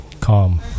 calm